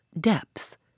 depths